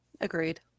Agreed